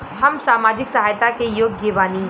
हम सामाजिक सहायता के योग्य बानी?